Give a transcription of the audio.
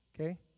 okay